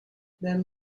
then